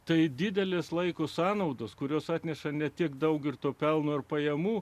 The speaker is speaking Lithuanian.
tai didelės laiko sąnaudos kurios atneša ne tiek daug ir to pelno ir pajamų